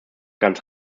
ganz